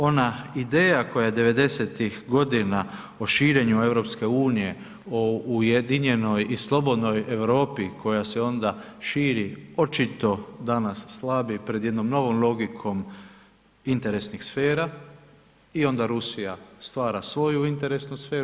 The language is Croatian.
Ona ideja koja je devedesetih godina o širenju EU, o ujedinjenoj i slobodnoj Europi koja se onda širi očito danas slabi pred jednom novom logikom interesnih sfera i onda Rusija stvara svoju interesnu sferu.